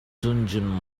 dungeon